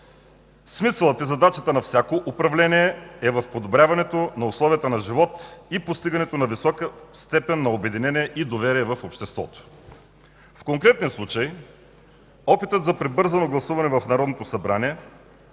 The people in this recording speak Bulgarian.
Смисълът и задачата на всяко управление е в подобряването на условията на живот и постигането на висока степен на обединение и доверие в обществото. В конкретния случай опитът за прибързано гласуване в Народното събрание,